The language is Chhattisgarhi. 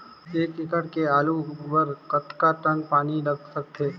एक एकड़ के आलू बर कतका टन पानी लाग सकथे?